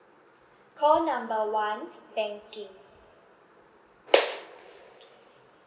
call number one banking